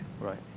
right